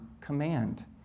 command